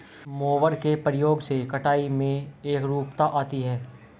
mower के प्रयोग से कटाई में एकरूपता आती है